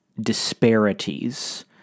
disparities